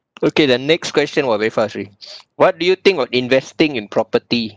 okay the next question !wah! very fast already what do you think of investing in property